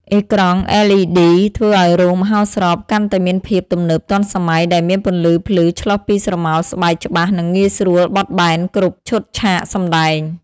អេក្រង់ LED ធ្វើឲ្យរោងមហោស្របកាន់តែមានភាពទំនើបទាន់សម័យដែលមានពន្លឺភ្លឺឆ្លុះពីស្រមោលស្បែកច្បាស់និងងាយស្រួលបត់បែនគ្រប់ឈុតឆាកសម្តែង។